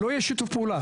לא יהיה שיתוף פעולה.